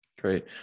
Great